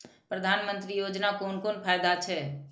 प्रधानमंत्री योजना कोन कोन फायदा छै?